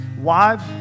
Wives